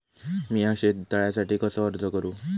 मीया शेत तळ्यासाठी कसो अर्ज करू?